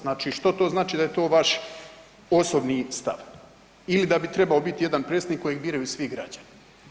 Znači što to znači da je to vaš osobni stav ili da bi trebao biti jedan predsjednik kojeg biraju svi građani?